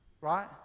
Right